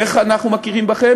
איך אנחנו מכירים בכם?